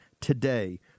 today